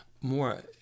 More